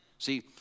See